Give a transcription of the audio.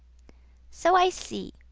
so i see.